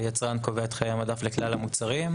שיצרן קובע את חיי מהדף לכלל המוצרים.